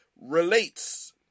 relates